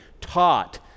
taught